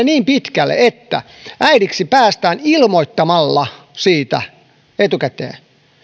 niin pitkälle että äidiksi päästään ilmoittamalla siitä etukäteen